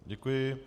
Děkuji.